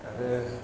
आरो